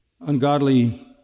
Ungodly